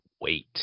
Wait